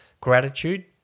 gratitude